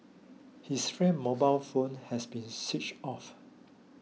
his friend's mobile phone had been switched off